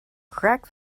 crack